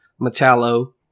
Metallo